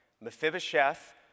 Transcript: Mephibosheth